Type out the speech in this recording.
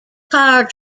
car